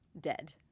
dead